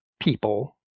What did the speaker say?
people